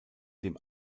dem